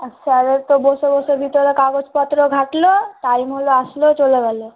আর স্যারের তো বসে বসে ভিতরে কাগজপত্র ঘাঁটলো টাইম হলো আসলো চলে গেল